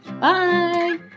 bye